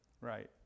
Right